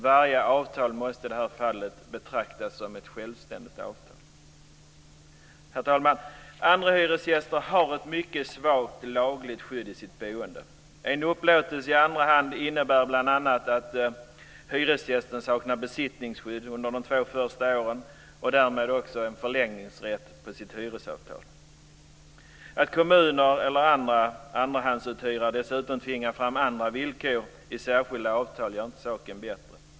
Varje avtal måste i det här fallet betraktas som ett självständigt avtal. Herr talman! Andrahandshyresgäster har ett mycket svagt lagligt skydd när det gäller deras boende. En upplåtelse i andra hand innebär bl.a. att hyresgästen saknar besittningsskydd under de två första åren och därmed också en förlängningsrätt för sitt hyresavtal. Att kommuner eller andra andrahandsuthyrare dessutom tvingar fram andra villkor i särskilda avtal gör inte saken bättre.